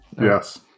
Yes